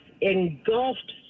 engulfed